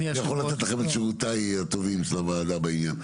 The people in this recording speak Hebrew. אני יכול לתת לכם את שירותיה הטובים של הוועדה בעניין,